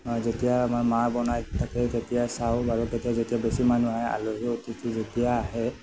যেতিয়া মা বনাই থাকে তেতিয়া চাওঁ আৰু তেতিয়া যেতিয়া বেছি মানুহ আহে আলহী অতিথি যেতিয়া আহে